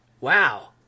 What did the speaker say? Wow